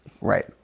Right